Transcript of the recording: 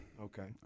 Okay